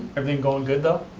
everything going good though?